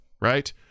Right